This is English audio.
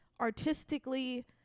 artistically